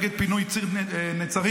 נגד פינוי ציר נצרים.